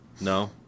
No